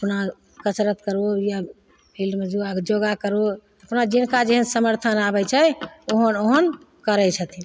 अपना कसरत करहो या फील्डमे योगा करहो अपना जिनका जेहन समर्थन आबै छै ओहन ओहन करै छथिन